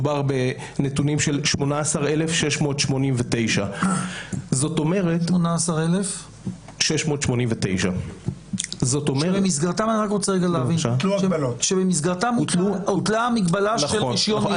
מדובר בנתונים של 18,689. שבמסגרתם הוטלה המגבלה של רישיון נהיגה?